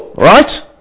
Right